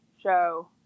show